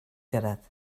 gyrraedd